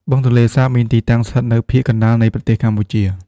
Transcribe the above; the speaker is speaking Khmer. បឹងទន្លេសាបមានទីតាំងស្ថិតនៅភាគកណ្តាលនៃប្រទេសកម្ពុជា។